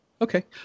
Okay